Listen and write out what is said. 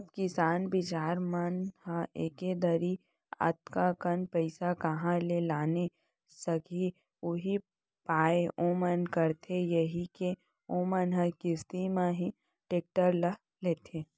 अब किसान बिचार मन ह एके दरी अतका कन पइसा काँहा ले लाने सकही उहीं पाय ओमन करथे यही के ओमन ह किस्ती म ही टेक्टर ल लेथे